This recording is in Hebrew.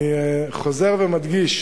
אני חוזר ומדגיש